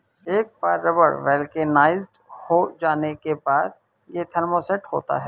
एक बार rubber vulcanized हो जाने के बाद, यह थर्मोसेट होता है